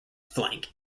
flank